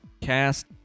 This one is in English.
cast